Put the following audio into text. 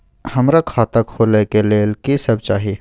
हमरा खाता खोले के लेल की सब चाही?